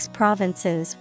provinces